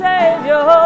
Savior